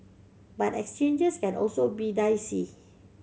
but exchanges can also be dicey